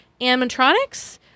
animatronics